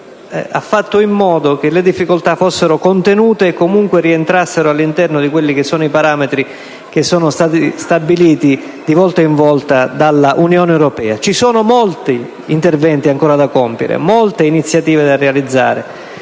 ha fatto in modo che le difficoltà fossero contenute o comunque rientrassero all'interno dei parametri stabiliti di volta in volta dall'Unione europea. Vi sono molti interventi ancora da compiere e molte iniziative da realizzare.